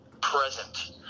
present